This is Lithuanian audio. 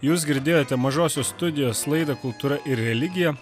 jūs girdėjote mažosios studijos laidą kultūra ir religija